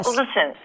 listen